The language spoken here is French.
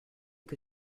que